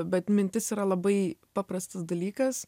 bet mintis yra labai paprastas dalykas